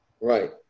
Right